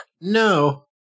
No